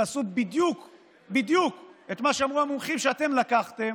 תעשו בדיוק בדיוק את מה שאמרו המומחים שאתם לקחתם